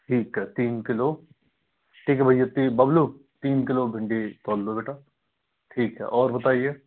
ठीक है तीन किलो ठीक है भैया बाबलू तीन किलो भिंडी तोल दो बेटा ठीक है और बताइए